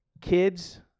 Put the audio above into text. kids